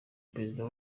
perezida